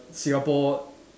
Singapore